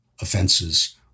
offenses